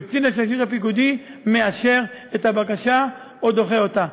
וקצין השלישות הפיקודי מאשר את הבקשה או דוחה אותה.